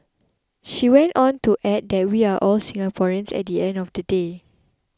she went on to add that we are all Singaporeans at the end of the day